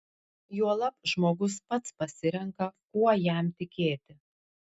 juolab žmogus pats pasirenka kuo jam tikėti